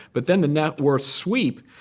but then the net worth sweep,